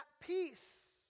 peace